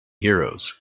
heroes